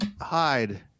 hide